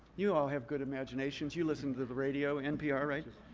you all have good imaginations. you listen to the the radio, npr. right?